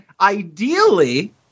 ideally